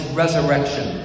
resurrection